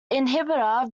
inhibitor